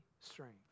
strength